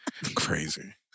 Crazy